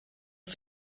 seu